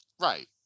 Right